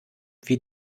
wie